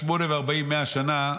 שמונה וארבעים ומאה שנה,